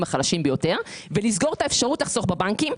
החלשים ביותר ולסגור את האפשרות לחסוך בבנקים,